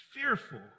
fearful